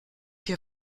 hier